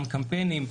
גם קמפיינים,